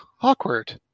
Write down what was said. awkward